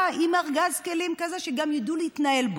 עם ארגז כלים כזה שגם ידעו להתנהל בה.